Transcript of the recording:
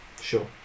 sure